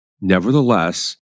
Nevertheless